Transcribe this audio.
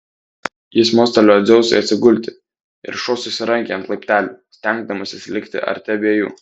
jis mostelėjo dzeusui atsigulti ir šuo susirangė ant laiptelių stengdamasis likti arti abiejų